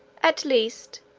at least,